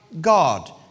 God